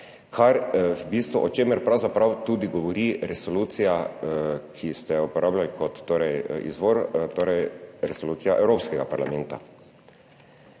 zakonodaji, o čemer pravzaprav tudi govori resolucija, ki ste jo uporabljali kot torej izvor, torej resolucija Evropskega parlamenta.